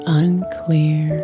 unclear